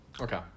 Okay